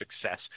success